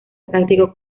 práctico